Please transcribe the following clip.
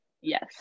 Yes